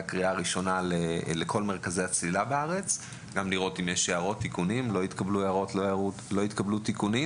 לכל מרכזי הצלילה בארץ ולא התקבלו הערות או תיקונים.